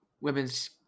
women's